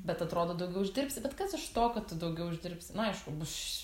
bet atrodo daugiau uždirbsi bet kas iš to kad tu daugiau uždirbsi nu aišku bus š